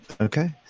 Okay